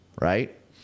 Right